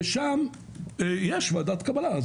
ושם יש ועדת קבלה.